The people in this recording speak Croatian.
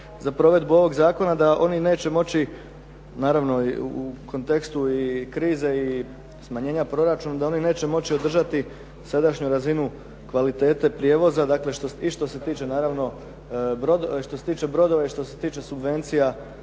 za provedbu ovoga zakona da oni neće moći, naravno u kontekstu i krize i smanjenja proračuna da oni neće moći održati sadašnju razinu kvalitete prijevoza, dakle, i što se tiče naravno, što se tiče brodova